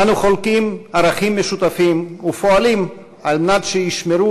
אנו חולקים ערכים משותפים ופועלים על מנת שישמרו